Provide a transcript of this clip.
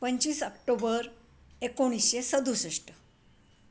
पंचवीस ऑक्टोबर एकोणीशे सदुसष्ट